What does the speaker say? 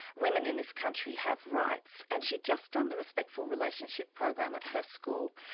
women in this country have rights. and she'd just done the respectful relationship program at her school,